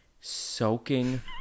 Soaking